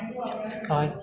jin ji kaui